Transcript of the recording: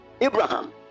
Abraham